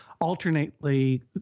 alternately